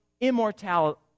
immortality